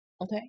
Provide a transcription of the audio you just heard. Okay